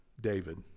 David